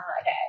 okay